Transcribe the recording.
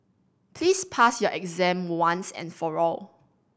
please pass your exam once and for all